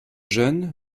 jeune